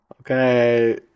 okay